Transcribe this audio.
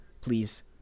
please